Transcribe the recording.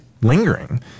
lingering